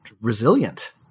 resilient